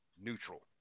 neutral